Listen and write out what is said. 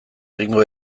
egingo